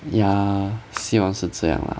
yeah 希望是这样 lah